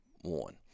one